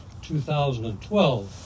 2012